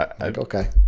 okay